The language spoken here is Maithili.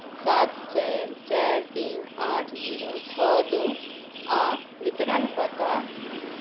सात चारि चारि तीन आठ जीरो छओ दू आ वितरण पता